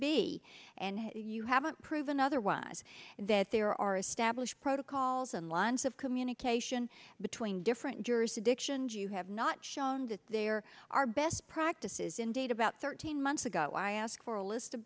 be and you haven't proven otherwise and that there are established protocols and lines of communication between different jurisdictions you have not shown that there are best practices in date about thirteen months ago i asked for a list of